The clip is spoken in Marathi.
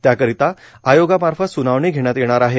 त्याकरिता आयोगामार्ग त स्नावणी घेण्यात येणार आहे